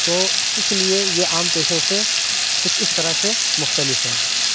تو اِس لیے یہ عام پیشوں سے کچھ اِس طرح سے مختلف ہے